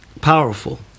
Powerful